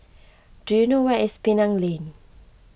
do you know where is Penang Lane